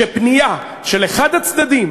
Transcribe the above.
שפנייה של אחד הצדדים,